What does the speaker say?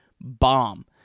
bomb